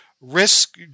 risk